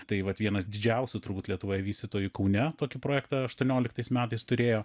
tai vat vienas didžiausių turbūt lietuvoje vystytojų kaune tokį projektą aštuonioliktais metais turėjo